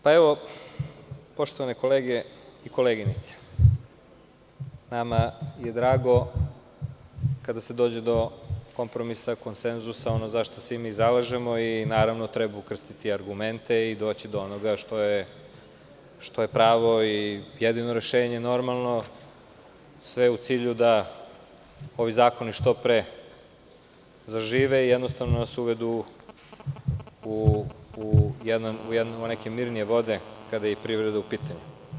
Poštovane kolege i koleginice, nama je drago kada se dođe do kompromisa, konsenzusa, ono za šta se i mi zalažemo i naravno treba ukrstiti argumente i doći do onoga što je pravo i jedino rešenje, normalno, sve u cilju da ovi zakoni što pre zažive i jednostavno da se uvedu u neke mirnije vode, kada je i privreda u pitanju.